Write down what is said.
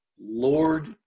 Lord